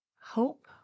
hope